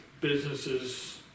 businesses